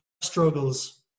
struggles